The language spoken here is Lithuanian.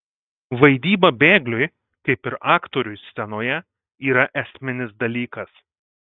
vaidyba bėgliui kaip ir aktoriui scenoje yra esminis dalykas